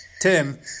Tim